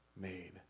made